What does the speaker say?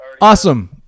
Awesome